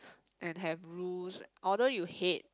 and have rules although you hate